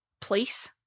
place